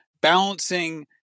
balancing